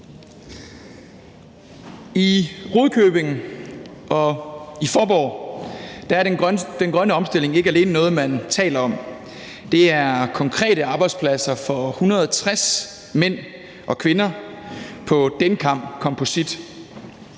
I Rudkøbing og i Faaborg er den grønne omstilling ikke alene noget, man taler om. Det er konkrete arbejdspladser for 160 mænd og kvinder på Dencam Composite.